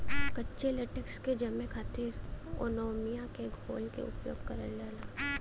कच्चे लेटेक्स के जमे क खातिर अमोनिया क घोल क उपयोग करल जाला